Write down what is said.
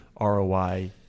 ROI